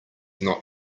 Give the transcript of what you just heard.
not